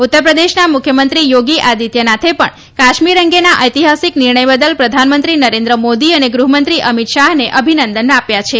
ઉત્તરપ્રદેશના મુખ્યમંત્રી યોગી આદિત્યનાથે પણ કાશ્મીર અંગેના ઐતિહાસિક નિર્ણય બદલ પ્રધાનમંત્રી નરેન્દ્ર મોદી અને ગૃહમંત્રી અમીત શાહને અભિનંદન આપ્યા છે